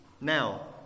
Now